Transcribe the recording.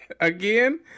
again